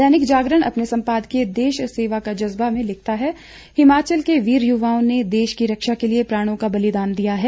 दैनिक जागरण अपने सम्पादकीय देश सेवा का जज्बा में लिखता है हिमाचल के वीर युवाओं ने देश की रक्षा के लिये प्राणों का बलिदान दिया है